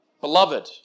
Beloved